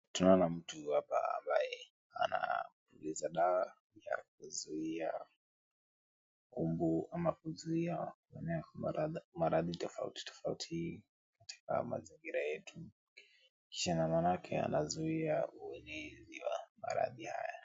Tunaona mtu hapa ambaye anameza dawa, kuzuia mbu ama kuzuia maradhi tofauti tofauti katika mazingira yetu. Kisa na manake anazuia uenezi wa maradhi haya.